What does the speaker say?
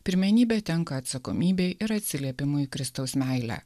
pirmenybė tenka atsakomybei ir atsiliepimui kristaus meilę